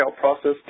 process